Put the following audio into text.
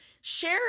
share